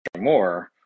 more